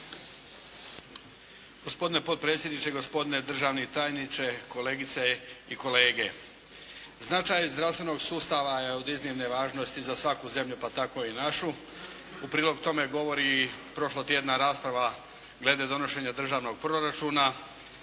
Gospodine potpredsjedniče, gospodine državni tajniče, kolegice i kolege. Značaj zdravstvenog sustava je od iznimne važnosti za svaku zemlju pa tako i našu. U prilog tome govori i prošlotjedna rasprava glede donošenja državnog proračuna